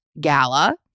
Gala